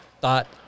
thought